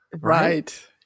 Right